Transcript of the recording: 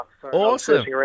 Awesome